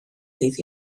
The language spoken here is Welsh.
ddydd